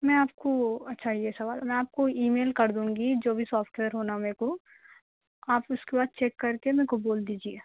میں آپ کو اچھا یہ سوال میں آپ کو اِی میل کر دوں گی جو بھی سافٹ ویئر ہونا میرے کو آپ اُس کے بعد چیک کر کے میرے کو بول دیجیے